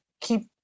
keep